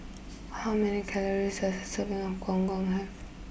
how many calories does a serving of Gong Gong have